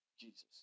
Jesus